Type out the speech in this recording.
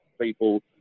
people